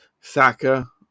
Saka